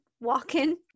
walking